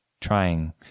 trying